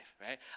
right